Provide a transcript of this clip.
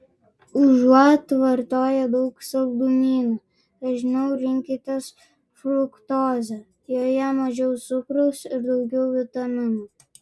užuot vartoję daug saldumynų dažniau rinkitės fruktozę joje mažiau cukraus ir daugiau vitaminų